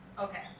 Okay